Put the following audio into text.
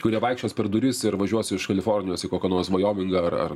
kurie vaikščios per duris ir važiuos iš kalifornijos į kokią nors vajomingą ar ar